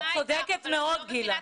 את צודקת מאוד, גילה.